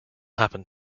happen